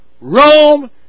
Rome